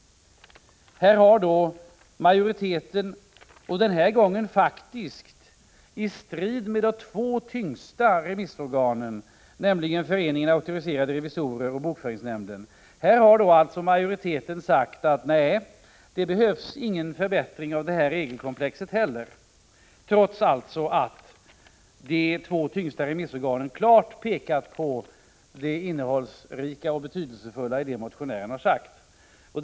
Här har majoriteten — den här gången faktiskt i strid med de två tyngsta remissorganen, nämligen Föreningen Auktoriserade revisorer och bokföringsnämnden — sagt att det inte behövs någon förbättring av det regelkomplexet heller. — Detta trots att alltså de två tyngsta remissorganen klart har pekat på det betydelsefulla i det som motionären har anfört.